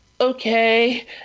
Okay